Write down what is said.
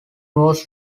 was